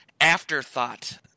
afterthought